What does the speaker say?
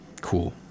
cool